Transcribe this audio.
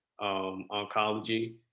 oncology